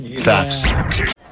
Facts